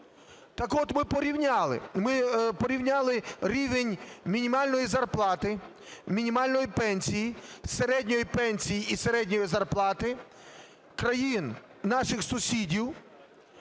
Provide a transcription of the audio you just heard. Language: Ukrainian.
ми порівняли рівень мінімальної зарплати, мінімальної пенсії, середньої пенсії і середньої зарплати країн наших сусідів